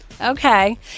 Okay